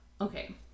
okay